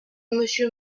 monsieur